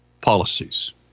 policies